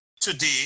today